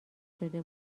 شده